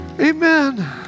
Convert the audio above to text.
amen